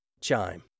Chime